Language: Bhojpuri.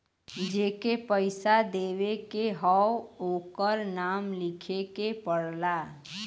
जेके पइसा देवे के हौ ओकर नाम लिखे के पड़ला